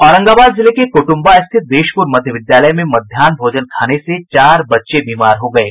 औरंगाबाद जिले के कुटुंबा स्थित देशपुर मध्य विद्यालय में मध्याह्न भोजन खाने से चार बच्चे बीमार हो गये